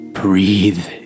breathe